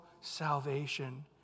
salvation